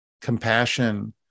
compassion